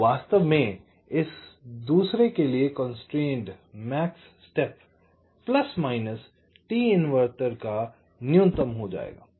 तो वास्तव में इस दूसरे के लिए constrained max step plus minus t inverter का न्यूनतम हो जायेगा